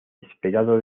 esperado